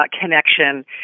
connection